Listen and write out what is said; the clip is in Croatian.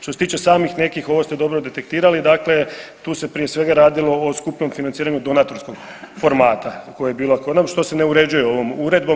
Što se tiče samih nekih, ovo ste dobro detektirali, dakle, tu se prije svega radilo o skupnom financiranju donatorskog formata, koja je bila [[govornik se ne razumije]] što se ne uređuje ovom uredbom.